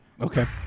okay